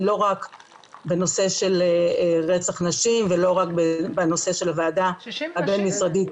היא לא רק בנושא של רצח נשים ולא רק בנושא של הוועדה הבין משרדית.